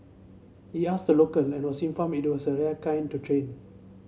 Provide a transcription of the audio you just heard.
he asked a local and was informed was a rare kind of train